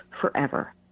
forever